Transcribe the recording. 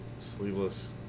Sleeveless